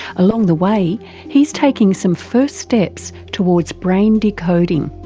along the way he's taking some first steps towards brain decoding.